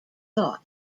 thought